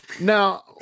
now